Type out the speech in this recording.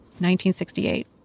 1968